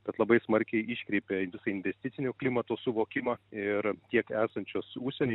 bet labai smarkiai iškreipė visą investicinio klimato suvokimą ir tiek esančios užsieny